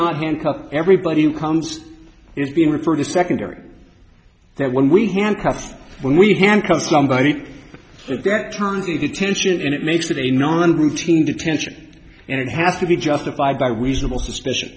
cannot handcuff everybody who comes is being referred to secondary there when we handcuffs when we hand because somebody at that turns a detention and it makes it a non routine detention and it has to be justified by reasonable suspicion